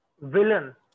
villain